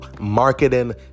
marketing